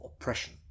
oppression